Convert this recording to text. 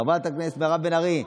חברת הכנסת מירב בן ארי,